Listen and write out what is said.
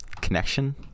Connection